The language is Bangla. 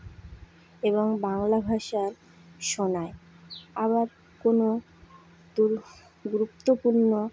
এবং বাংলা ভাষার শোনায় আবার কোনো গুরুত্বপূর্ণ